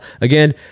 again